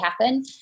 happen